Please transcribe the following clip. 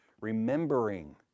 remembering